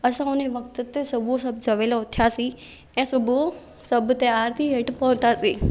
असां हुन वक़्त ते सुबूह सवेल उथियासीं ऐं सुबूह सभु तियारु थी हेठि पहुतासीं